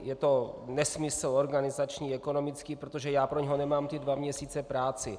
Je to nesmysl organizační, ekonomický, protože já pro něho nemám ty dva měsíce práci.